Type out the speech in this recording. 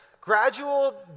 gradual